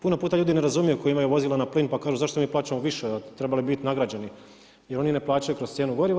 Puno puta ljudi ne razumiju koji imaju vozila na plin pa kažu zašto mi plaćamo više, trebali bi biti nagrađeni jer oni ne plaćaju kroz cijenu goriva.